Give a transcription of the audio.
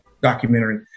documentary